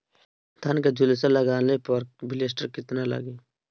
धान के झुलसा लगले पर विलेस्टरा कितना लागी?